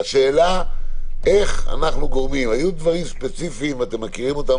היו דברים ספציפיים, אתם מכירים אותם